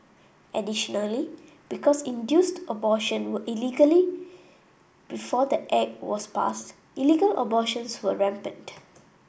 additionally because induced abortion were illegally before the Act was passed illegal abortions were rampant